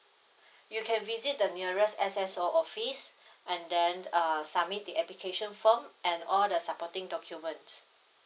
you can visit the nearest S_S_O office and then err submit the application form and all the supporting documents